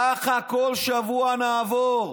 ככה כל שבוע נעבור.